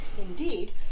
indeed